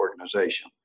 Organization